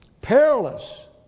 Perilous